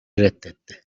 reddetti